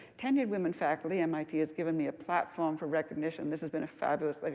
tenured women faculty mit has given me a platform for recognition. this has been a fabulous like